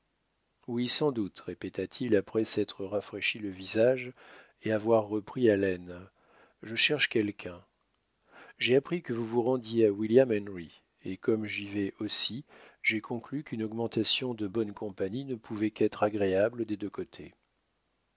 oui sans doute répéta-t-il après s'être rafraîchi le visage et avoir repris haleine je cherche quelqu'un j'ai appris que vous vous rendiez à william henry et comme j'y vais aussi j'ai conclu qu'une augmentation de bonne compagnie ne pouvait qu'être agréable des deux côtés